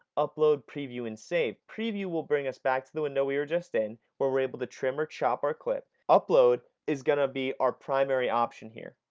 upload, preview, and save. preview will bring us back to the window we were just in where we're able to trim or chop our clip. upload is going to be our primary option here.